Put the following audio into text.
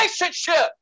relationship